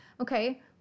okay